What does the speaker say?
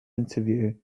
interview